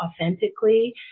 authentically